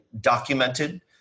documented